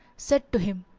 said to him,